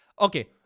okay